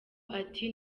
ati